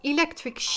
Electric